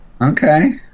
Okay